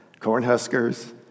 Cornhuskers